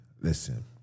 listen